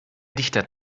dichter